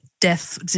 death